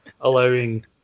allowing